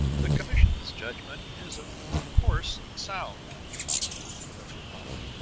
the commission's judgment is, of course, sound, commented the professor calmly.